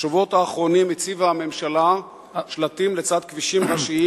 בשבועות האחרונים הציבה הממשלה שלטים לצד כבישים ראשיים